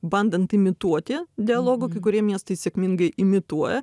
bandant imituoti dialogą kai kurie miestai sėkmingai imituoja